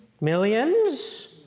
Millions